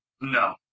No